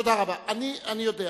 תאמין לי,